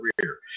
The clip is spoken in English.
career